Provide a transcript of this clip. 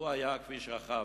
לו היה כביש רחב,